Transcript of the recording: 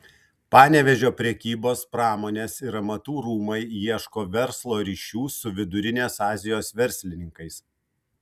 panevėžio prekybos pramonės ir amatų rūmai ieško verslo ryšių su vidurinės azijos verslininkais